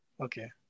Okay